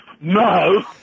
No